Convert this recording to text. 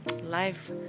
life